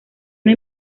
una